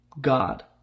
God